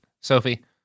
Sophie